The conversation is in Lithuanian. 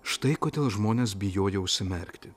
štai kodėl žmonės bijojo užsimerkti